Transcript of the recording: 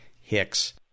Hicks